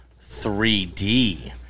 3D